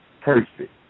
perfect